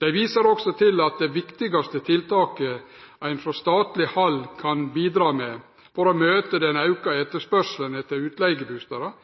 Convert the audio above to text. Dei viser også til at det viktigaste tiltaket ein frå statleg hald kan bidra med for å møte den auka etterspørselen etter utleigebustader,